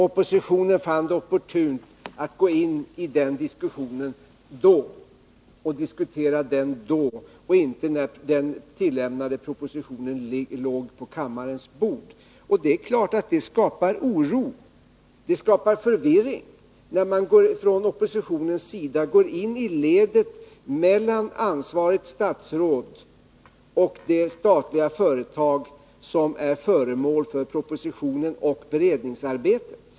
Oppositionen fann det opportunt att gå in i diskussionen då och diskutera frågan vid det tillfället och inte när den tillämnade propositionen ligger på kammarens bord. Det är klart att det skapar oro och förvirring, när man från oppositionens sida går in i ledet mellan ansvarigt statsråd och de statliga företag som är föremål för propositionen och beredningsarbetet.